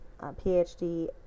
PhD